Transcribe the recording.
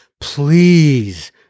please